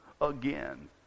again